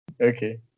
Okay